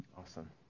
awesome